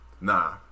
nah